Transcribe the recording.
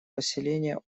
поселение